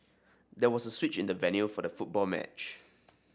there was a switch in the venue for the football match